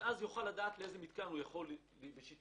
הוא יוכל לדעת לאיזה מתקן הוא יכול להתקשר,